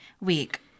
week